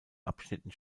abschnitten